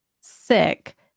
sick